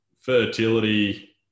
fertility